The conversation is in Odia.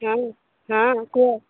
ହଁ ହଁ କୁହ